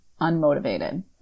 unmotivated